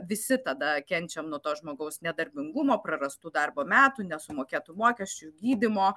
visi tada kenčiam nuo to žmogaus nedarbingumo prarastų darbo metų nesumokėtų mokesčių gydymo